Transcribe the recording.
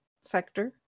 sector